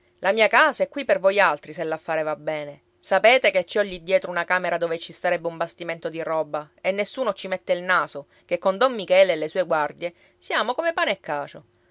la mia casa è qui per voi altri se l'affare va bene sapete che ci ho lì dietro una camera dove ci starebbe un bastimento di roba e nessuno ci mette il naso ché con don michele e le sue guardie siamo come pane e cacio